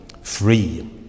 free